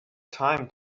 time